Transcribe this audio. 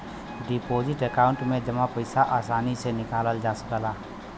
deposit account में जमा पइसा आसानी से निकालल जा सकला